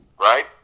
Right